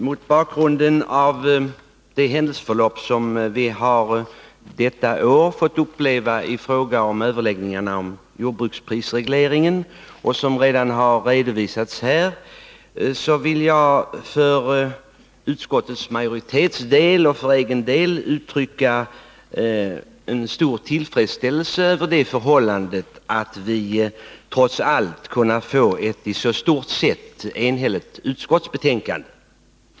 Mot bakgrunden av det händelseförlopp som vi detta år har fått uppleva i fråga om överläggningarna om jordbruksprisregleringen och som redan har redovisats här vill jag för utskottsmajoritetens del och för egen del uttrycka en stor tillfredsställelse över det förhållandet att vi trots allt kunnat få ett i stort sett enhälligt utskottsbetänkande.